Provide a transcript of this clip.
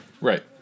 Right